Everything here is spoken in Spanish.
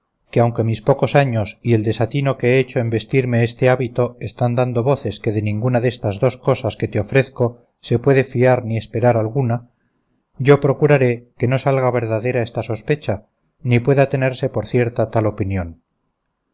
que aunque mis pocos años y el desatino que he hecho en vestirme este hábito están dando voces que de ninguna destas dos cosas que te ofrezco se puede fiar ni esperar alguna yo procuraré que no salga verdadera esta sospecha ni pueda tenerse por cierta tal opinión